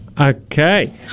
Okay